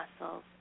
muscles